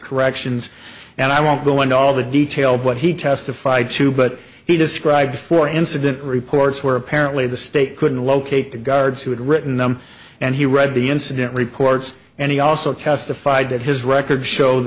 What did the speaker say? corrections and i won't go into all the detail but he testified to but he described for incident reports where apparently the state couldn't locate the guards who had written them and he read the incident reports and he also testified that his records show